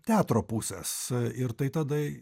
teatro pusės ir tai tada